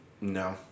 no